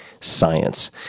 science